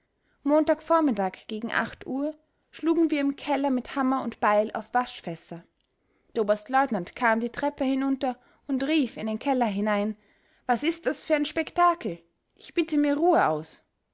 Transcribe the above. montag vormittag gegen uhr schlugen wir im keller mit hammer und beil auf waschfässer der oberstleutnant kam die treppe hinunter und rief in den keller hinein was ist das für ein spektakel ich bitte mir ruhe aus